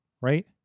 right